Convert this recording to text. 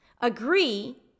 agree